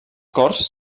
corts